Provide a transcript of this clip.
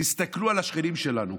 תסתכלו על השכנים שלנו,